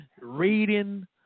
reading